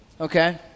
Okay